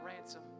ransom